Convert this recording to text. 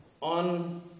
on